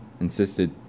insisted